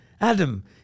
adam